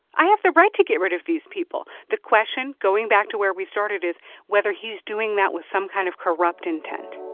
i have the right to get rid of these people. the question going back to where we started is whether he's doing that with some kind of corrupt intent